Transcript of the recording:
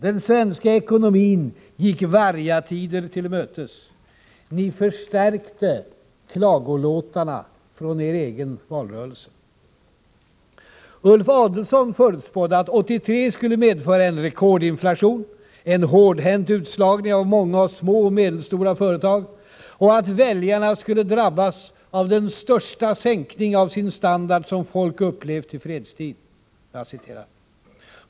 Den svenska ekonomin gick vargatider till mötes. Ni förstärkte klagolåtarna från er egen valrörelse. Ulf Adelsohn förutspådde att 1983 skulle medföra en ”rekordinflation”, ”en hårdhänt utslagning av många små och medelstora företag” och att väljarna ”skulle drabbas av den största sänkning av sin standard som vårt folk upplevt i fredstid”.